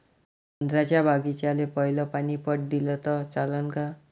संत्र्याच्या बागीचाले पयलं पानी पट दिलं त चालन का?